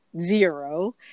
zero